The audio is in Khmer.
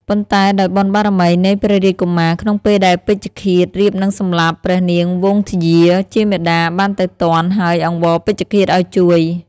ប៉ុន្តែដោយបុណ្យបារមីនៃព្រះរាជកុមារ ក្នុងពេលដែលពេជ្ឈឃាដរៀបនឹងសម្លាប់ ព្រះនាងវង្សធ្យាជាមាតាបានទៅទាន់ ហើយអង្វរពេជ្ឈឃាតឱ្យជួយ។